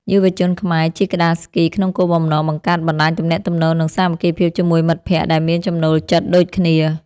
យុវជនខ្មែរជិះក្ដារស្គីក្នុងគោលបំណងបង្កើតបណ្ដាញទំនាក់ទំនង និងសាមគ្គីភាពជាមួយមិត្តភក្ដិដែលមានចំណូលចិត្តដូចគ្នា។